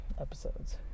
episodes